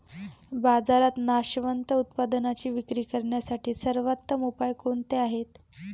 बाजारात नाशवंत उत्पादनांची विक्री करण्यासाठी सर्वोत्तम उपाय कोणते आहेत?